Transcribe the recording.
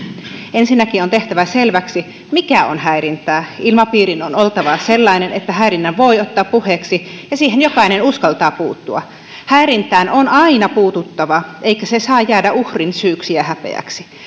ensinnäkin on tehtävä selväksi mikä on häirintää ilmapiirin on oltava sellainen että häirinnän voi ottaa puheeksi ja siihen jokainen uskaltaa puuttua häirintään on aina puututtava eikä se saa jäädä uhrin syyksi ja häpeäksi